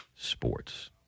Sports